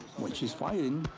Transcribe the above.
when she's fighting,